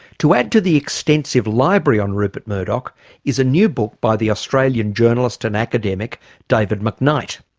to add to the extensive library on rupert murdoch is a new book by the australian journalist and academic david mcknight.